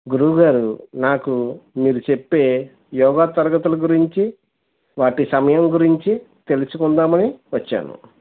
గురువుగారు నాకు మీరు చెప్పే యోగా తరగతుల గురించి వాటి సమయం గురించి తెలుసుకుందాం అని వచ్చాను